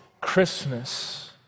Christmas